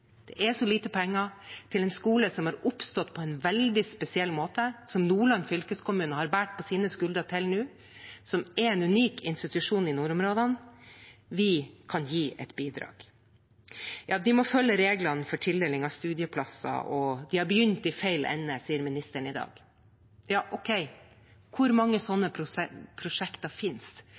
Det er så lite penger, til en skole som har oppstått på en veldig spesiell måte, som Nordland fylkeskommune har båret på sine skuldre til nå, og som er en unik institusjon i nordområdene. Vi kan gi et bidrag. De må følge reglene for tildeling av studieplasser, og de har begynt i feil ende, sier ministeren i dag. Ja, ok, hvor mange sånne prosjekt finnes?